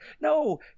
no